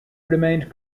remained